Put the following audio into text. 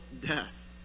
death